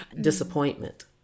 Disappointment